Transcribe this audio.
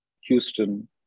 Houston